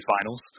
Finals